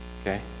Okay